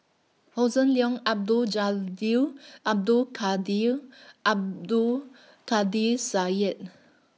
Hossan Leong Abdul Jalil Abdul Kadir Abdul Kadir Syed